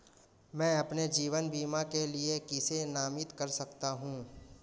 मैं अपने जीवन बीमा के लिए किसे नामित कर सकता हूं?